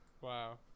wow